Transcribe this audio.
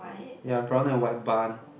ya brown and white barn